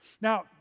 Now